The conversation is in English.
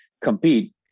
compete